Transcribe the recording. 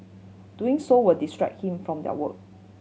doing so will distract him from their work